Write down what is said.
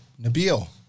Nabil